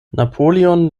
napoleon